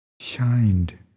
shined